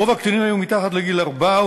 רוב הקטינים היו מתחת לגיל ארבע,